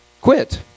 Quit